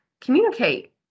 communicate